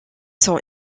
sont